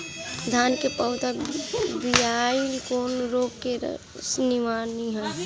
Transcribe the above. धान के पौधा पियराईल कौन रोग के निशानि ह?